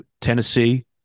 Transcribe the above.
Tennessee